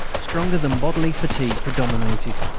stronger than bodily fatigue, predominated.